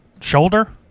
Shoulder